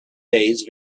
days